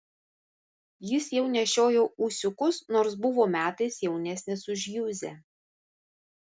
jis jau nešiojo ūsiukus nors buvo metais jaunesnis už juzę